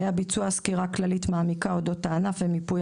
התבצעה סקירה כללית מעמיקה אודות הענף ומיפוי